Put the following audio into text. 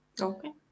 Okay